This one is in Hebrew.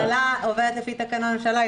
הממשלה עובדת לפי תקנון ממשלה.